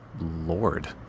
lord